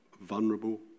vulnerable